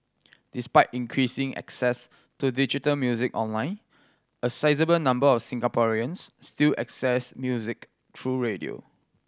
despite increasing access to digital music online a sizeable number of Singaporeans still access music through radio